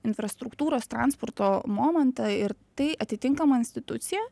infrastruktūros transporto momentą ir tai atitinkama institucija